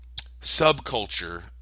subculture